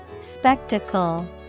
Spectacle